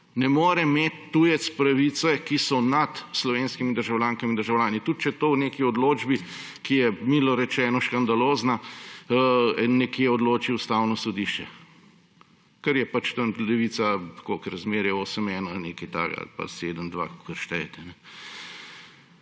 Ne more imeti tujec pravice, ki so nad slovenskimi državljankami in državljani, tudi če to v neki odločbi, ki je, milo rečeno, škandalozna, nekje odloči Ustavno sodišče. Ker je pač tam levica – koliko? Razmerje 8 : 1 ali nekaj takega, ali pa 7 : 2, kakor štejete.